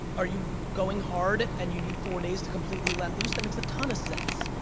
are you going hard and you need four days to completely let loose? that makes a ton of sense.